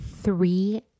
three